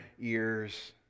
ears